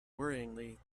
worryingly